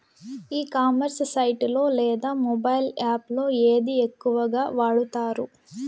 ఈ commerce site లో లేదా మొబైల్ యాప్ లో ఏది ఎక్కువగా వాడుతారు?